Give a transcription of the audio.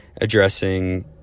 addressing